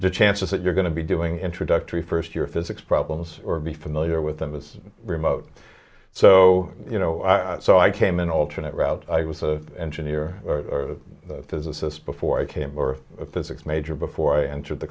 the chances that you're going to be doing introductory first year physics problems or be familiar with them is remote so you know so i came an alternate route i was a engineer or a physicist before i came for a physics major before i entered the